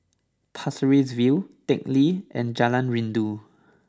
Pasir Ris View Teck Lee and Jalan Rindu